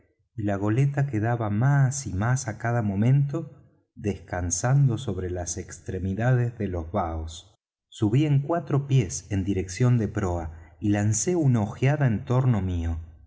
y la goleta quedaba más y más á cada momento descansando sobre las extremidades de los baos subí en cuatro pies en dirección de proa y lancé una ojeada en torno mío